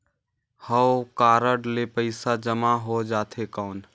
हव कारड ले पइसा जमा हो जाथे कौन?